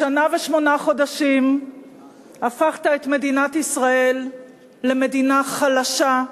בשנה ושמונה חודשים הפכת את מדינת ישראל למדינה חלשה,